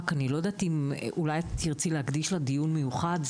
אולי תרצי להקדיש לה דיון מיוחד,